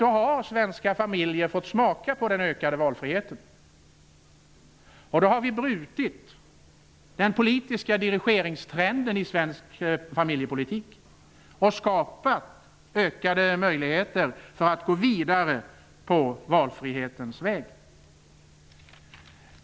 Då har svenska familjer fått smaka på den ökade valfriheten. Vi har då brutit den politiska dirigeringstrenden i svensk familjepolitik och skapat ökade möjligheter för att gå vidare på valfrihetens väg. Herr talman!